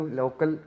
local